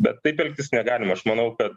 bet taip elgtis negalima aš manau kad